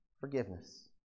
forgiveness